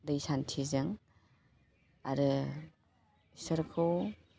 दै सान्थिजों आरो इसोरखौ